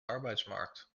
arbeidsmarkt